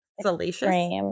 salacious